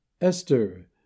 Esther